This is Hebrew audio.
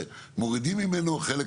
מורידים ממנו חלק